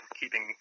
keeping